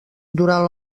durant